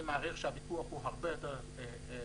אני מעריך שזה סכום הרבה יותר גדול.